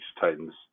Titans